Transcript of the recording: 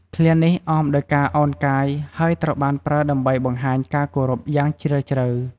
ឃ្លានេះអមដោយការឱនកាយ ហើយត្រូវបានប្រើដើម្បីបង្ហាញការគោរពយ៉ាងជ្រាលជ្រៅ។